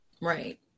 Right